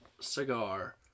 cigar